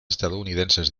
estadounidenses